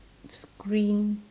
screen